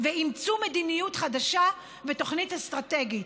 ואימצו מדיניות חדשה ותוכנית אסטרטגית,